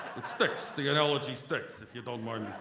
it sticks, the analogy sticks, if you don't mind